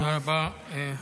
תודה רבה.